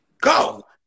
go